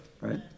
right